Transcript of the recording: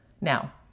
Now